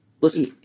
listen